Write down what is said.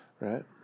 Right